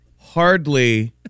Hardly